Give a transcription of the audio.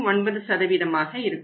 9 ஆக இருக்கும்